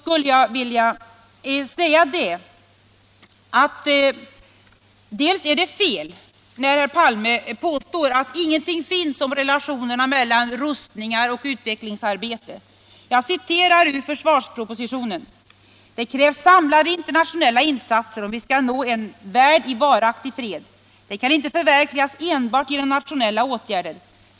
Det är fel när herr Palme påstår att ingenting har sagts av regeringen om relationerna mellan rustningar och utvecklingsarbete. Jag citerar ur försvarspropositionen: ”Det krävs samlade internationella insatser om vi skall nå en värld i varaktig fred. Den kan inte förverkligas enbart genom nationella åtgärder.